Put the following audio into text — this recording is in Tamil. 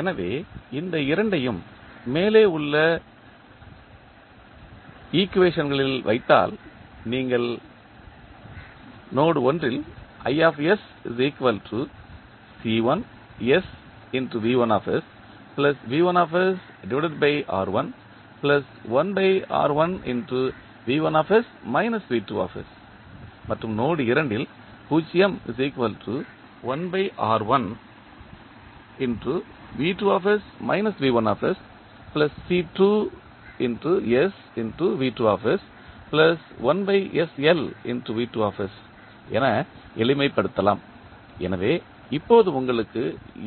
எனவே இந்த இரண்டையும் மேலே உள்ள ஈக்குவேஷன்களில் வைத்தால் நீங்கள் என எளிமைப்படுத்தலாம் எனவே இப்போது உங்களுக்கு